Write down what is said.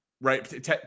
Right